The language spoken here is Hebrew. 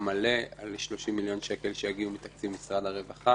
מלא על 30 מיליון שקל שיגיעו מתקציב משרד הרווחה